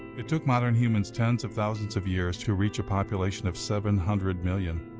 it took modern humans tens of thousands of years to reach a population of seven hundred million.